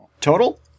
Total